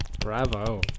Bravo